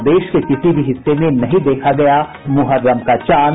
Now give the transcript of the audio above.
और देश के किसी भी हिस्से में नहीं देखा गया मुहर्रम का चांद